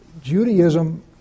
Judaism